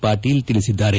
ಪಾಟೀಲ್ ತಿಳಿಸಿದ್ದಾರೆ